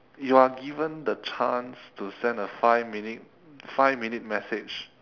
you are given the chance to send a five minute five minute message